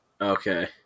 Okay